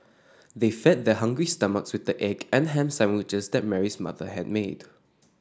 they fed their hungry stomachs with the egg and ham sandwiches that Mary's mother had made